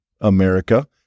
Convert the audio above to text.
America